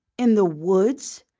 in the woods!